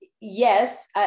yes